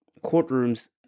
courtrooms